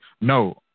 No